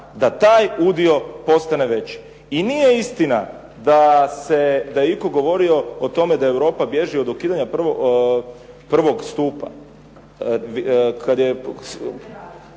da taj udio postane veći. I nije istina da se, da je itko govorio o tome da Europa bježi od ukidanja prvog stupa.